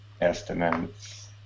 estimates